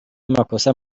amakosa